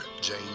Jane